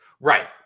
Right